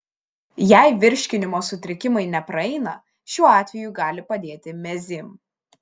jei virškinimo sutrikimai nepraeina šiuo atveju gali padėti mezym